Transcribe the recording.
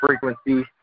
frequency